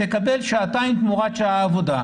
תקבל שעתיים תמורת שעה עבודה.